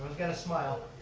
got to smile.